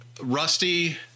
Rusty